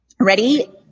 Ready